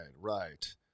right